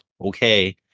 okay